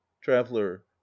traveller